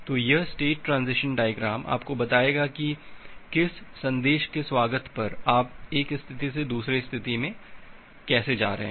तो यह state transition diagram आपको बताएगा कि किस संदेश के स्वागत पर आप एक स्थिति से दूसरे स्थिति में कैसे जा रहे हैं